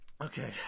Okay